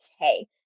okay